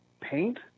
paint